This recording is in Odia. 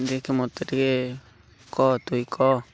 ଦେଖ ମୋତେ ଟିକେ କହ ତୁଇ କହ